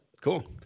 cool